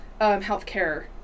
healthcare